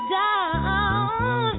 down